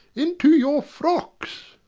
into your frocks!